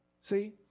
See